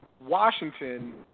Washington